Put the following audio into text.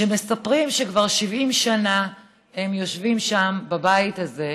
שמספרים שכבר 70 שנה הם יושבים שם, בבית הזה,